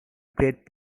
great